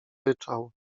ryczał